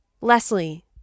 Leslie